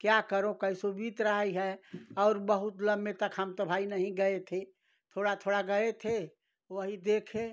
क्या करें कैसे भी बीत रही है और बहुत लम्बे तक हम तो भाई नहीं गए थे थोड़ा थोड़ा गए थे वही देखे